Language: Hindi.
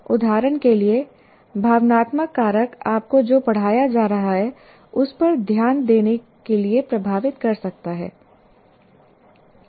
उदाहरण के लिए भावनात्मक कारक आपको जो पढ़ाया जा रहा है उस पर ध्यान न देने के लिए प्रभावित कर सकता है